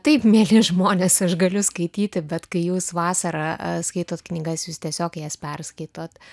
taip mieli žmonės aš galiu skaityti bet kai jūs vasarą skaitot knygas jūs tiesiog jas perskaitot